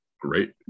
Great